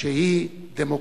שהיא דמוקרטית.